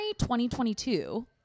2022